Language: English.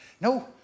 No